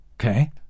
Okay